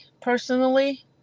personally